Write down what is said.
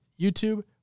YouTube